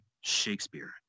Shakespeare